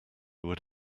would